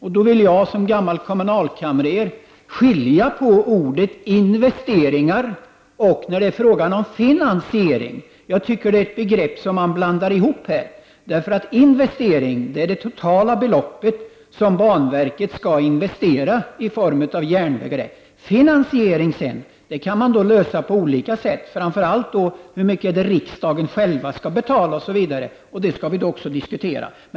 Jag vill som gammal kommunalkamrer i detta sammanhang skilja på orden investering och finansiering. Jag tycker att man här blandar ihop dessa begrepp. Investeringen rör det totala belopp som banverket skall investera i form av järnväg, medan finansieringen kan lösas på olika sätt. Frågan om finansieringen gäller framför allt hur mycket staten själv skall betala, och detta skall vi också diskutera.